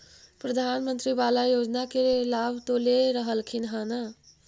प्रधानमंत्री बाला योजना के लाभ तो ले रहल्खिन ह न?